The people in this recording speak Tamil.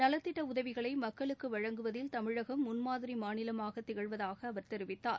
நலத்திட்ட உதவிகளை மக்களுக்கு வழங்குவதில் தமிழகம் முன்மாதிரி மாநிலமாக திகழ்வதாக அவர் தெரிவித்தார்